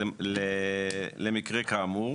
למקרה כאמור.